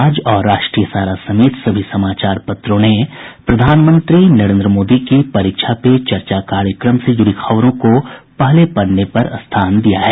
आज और राष्ट्रीय सहारा समेत सभी समाचार पत्रों ने प्रधानमंत्री नरेन्द्र मोदी की परीक्षा पे चर्चा कार्यक्रम से जुड़ी खबरों को प्रमुखता से प्रकाशित किया है